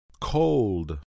Cold